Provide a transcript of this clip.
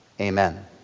Amen